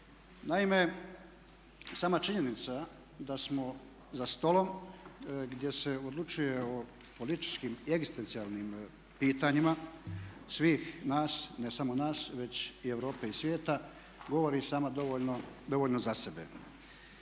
Naime, sama činjenica da smo za stolom gdje se odlučuje o političkih i egzistencijalnim pitanjima svih nas, ne samo nas već i Europe i svijeta govori sama dovoljno za sebe.